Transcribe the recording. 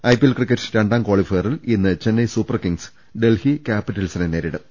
IPL cricket രണ്ടാം കാളിഫയറിൽ ഇന്ന് ചെന്നൈ സൂപ്പർകിംഗ്സ് ഡൽഹി ക്യാപിറ്റൽസിനെ നേരിടും